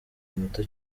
muto